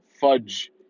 fudge